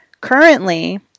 Currently